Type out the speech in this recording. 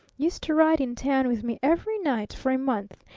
used to ride in town with me every night for a month,